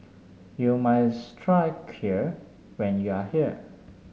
you try Kheer when you are here